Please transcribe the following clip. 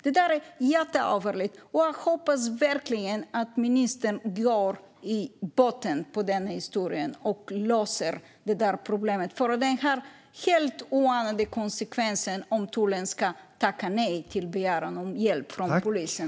Det är mycket allvarligt, och jag hoppas verkligen att ministern går till botten med denna historia och löser detta problem. Det får nämligen helt oanade konsekvenser om tullen ska säga nej till begäran om hjälp från polisen.